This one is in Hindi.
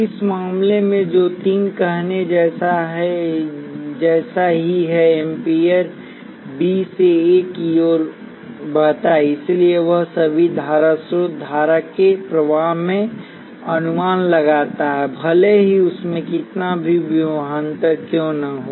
इस मामले में जो तीन कहने जैसा ही है एम्पीयर B से A की ओर बहता है इसलिए वह सभी धारा स्रोत धारा के प्रवाह में अनुमान लगाता है भले ही उसमें कितना भी विभवांतर क्यों न हो